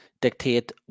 dictate